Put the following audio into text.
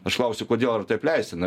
aš klausiu kodėl ar taip leistina